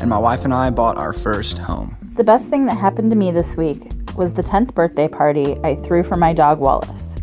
and my wife and i bought our first home the best thing that happened to me this week was the tenth birthday party i threw for my dog wallace